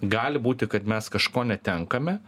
gali būti kad mes kažko netenkame